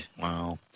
wow